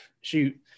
Shoot